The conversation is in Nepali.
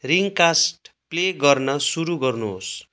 रिङ कास्ट प्ले गर्न सुरु गर्नुहोस्